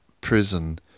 prison